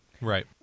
Right